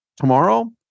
Tomorrow